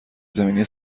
زمینی